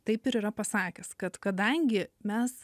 taip ir yra pasakęs kad kadangi mes